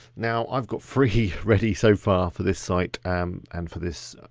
now i've got free ready so far for this site um and for this